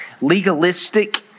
legalistic